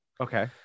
okay